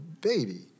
baby